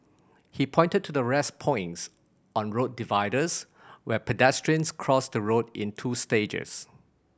he pointed to the rest points on road dividers where pedestrians cross the road in two stages